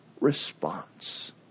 response